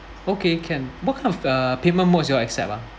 okay can what kind of uh payment modes you all accept ah